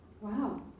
Wow